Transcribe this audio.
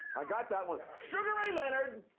i got that one. sugar ray leonard,